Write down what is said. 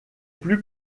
plus